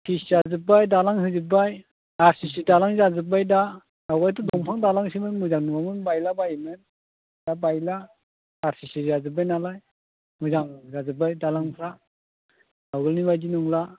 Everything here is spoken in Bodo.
ब्रिज जाजोबबाय दालां होजोबबाय आर सि सि दालां जाजोबबाय दा आवगायथ' दंफां दालांसोमोन मोजां नङामोन बायलाबायोमोन दा बायला आर सि सि जाजोबबाय नालाय मोजां जाजोबबाय दालांफ्रा आवगोलनि बायदि नंला